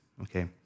Okay